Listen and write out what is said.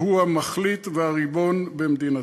והוא המחליט והריבון במדינתו.